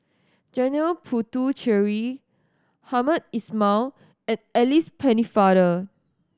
Janil Puthucheary Hamed Ismail and Alice Pennefather